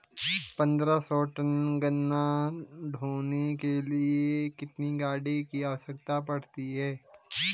पन्द्रह सौ टन गन्ना ढोने के लिए कितनी गाड़ी की आवश्यकता पड़ती है?